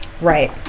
right